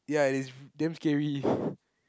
ya it is damn scary